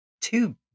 two